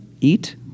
eat